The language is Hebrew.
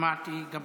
שמעתי גם את זה.